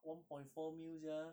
one point four mil sia